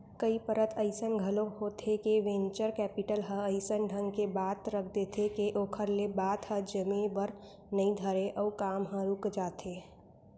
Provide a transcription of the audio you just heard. कई परत अइसन घलोक होथे के वेंचर कैपिटल ह अइसन ढंग के बात रख देथे के ओखर ले बात ह जमे बर नइ धरय अउ काम ह रुक जाथे